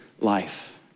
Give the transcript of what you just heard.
life